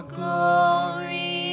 glory